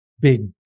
big